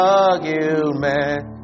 argument